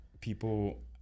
people